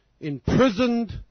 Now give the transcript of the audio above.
imprisoned